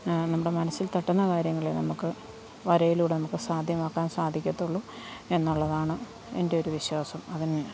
നമ്മുടെ മനസ്സിൽ തട്ടുന്ന കാര്യങ്ങളേ നമുക്ക് വരയിലൂടെ നമുക്ക് സാധ്യമാക്കാൻ സാധിക്കത്തുള്ളൂ എന്നുള്ളതാണ് എൻ്റെ ഒരു വിശ്വാസം അതൻ